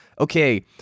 okay